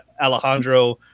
alejandro